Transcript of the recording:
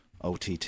OTT